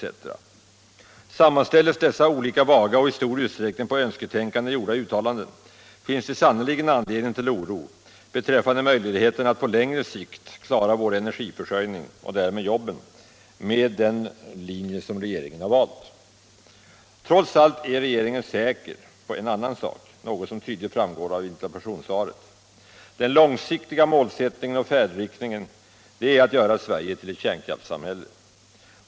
Sammanställes dessa olika vaga och i stor utsträckning på önsketänkande grundade uttalanden finns det sannerligen anledning till oro beträffande möjligheterna att på längre sikt klara vår energiförsörjning och därmed jobben med den linje som regeringen valt. Trots allt är regeringen säker på en annan sak, något som tydligt framgår av interpellationssvaret. Den långsiktiga målsättningen och färdriktningen är att göra Sverige till ett kärnkraftssamhälle.